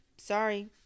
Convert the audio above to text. Sorry